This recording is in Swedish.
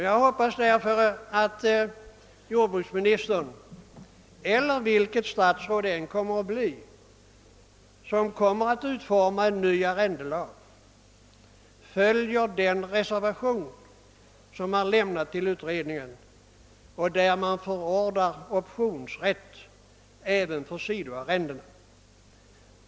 Jag hoppas därför att jordbruksministern, eller vilket statsråd det än må bli som kommer att utforma en ny arrendelag, följer den reservation som lämnats till utredningen och där det förordas optionsrätt även för sidoarrendena.